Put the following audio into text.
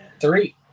Three